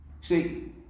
see